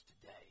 today